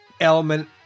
element